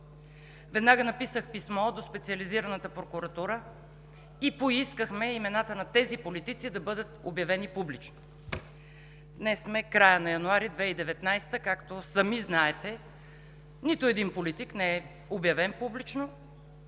Веднага написах писмо до Специализираната прокуратура и поискахме имената на тези политици да бъдат обявени публично. Днес сме в края на месец януари 2019 г. и, както сами знаете, нито един политик не е обявен публично